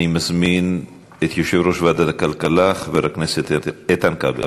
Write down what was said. אני מזמין את יושב-ראש ועדת הכלכלה חבר הכנסת איתן כבל.